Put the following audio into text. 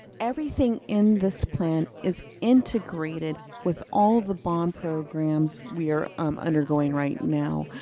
everything in this plan is integrated with all of the bond programs we are um undergoing right now.